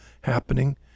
happening